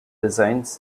designed